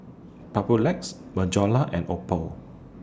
Papulex Bonjela and Oppo